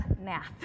math